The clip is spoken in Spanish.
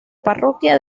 parroquia